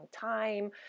time